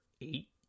eight